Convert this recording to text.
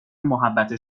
محبت